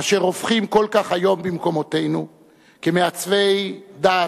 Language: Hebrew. אשר רווחים כל כך היום במקומותינו כמעצבי דעת,